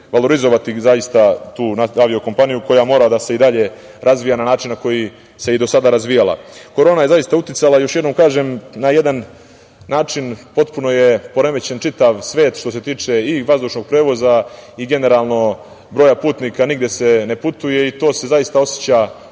valorizovati tu avio-kompaniju, koja mora i dalje da se razvija na način na koji se i do sada razvijala. Korona je zaista uticala, još jednom kažem, potpuno je poremećen čitav svet, što se tiče i vazdušnog prevoza i generalno broja putnika, nigde se ne putuje i to se zaista oseća